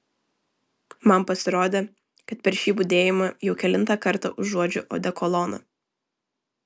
man pasirodė kad per šį budėjimą jau kelintą kartą užuodžiu odekoloną